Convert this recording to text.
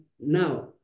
Now